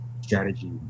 strategy